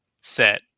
set